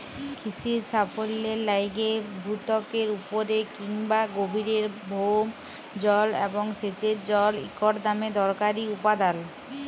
কিসির সাফল্যের লাইগে ভূত্বকের উপরে কিংবা গভীরের ভওম জল এবং সেঁচের জল ইকট দমে দরকারি উপাদাল